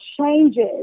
changes